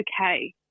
okay